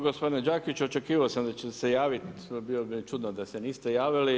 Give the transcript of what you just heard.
Gospodine Đakić, očekivao sam da ćete se javiti, bilo bi mi čudno da se niste javili.